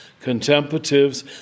contemplatives